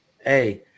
hey